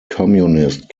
communist